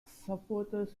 supporters